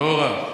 לא רע.